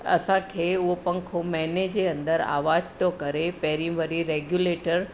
असांखे उहो पंखो महीने जे अंदरि आवाज़ु थो करे पहिरीं वरी रेग्युलेटर